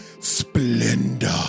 splendor